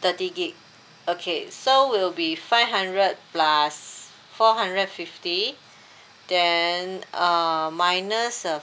thirty gig okay so will be five hundred plus four hundred fifty then err minus uh